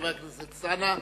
חבר הכנסת אלסאנע,